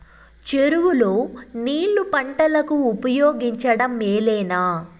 చెరువు లో నీళ్లు పంటలకు ఉపయోగించడం మేలేనా?